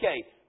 okay